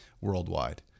worldwide